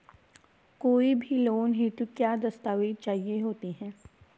कोई भी लोन हेतु क्या दस्तावेज़ चाहिए होते हैं?